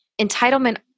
Entitlement